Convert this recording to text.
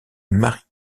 marie